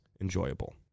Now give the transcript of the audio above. enjoyable